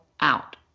out